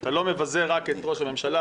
אתה לא מבזה רק את ראש הממשלה,